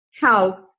house